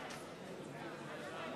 בל"ד להביע אי-אמון